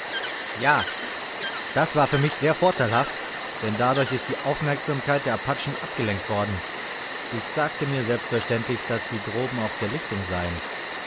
ja das war für mich sehr vorteilhaft denn dadurch ist die aufmerksamkeit der apachen abgelenkt worden ich sagte mir selbstverständlich daß sie droben auf der lichtung seien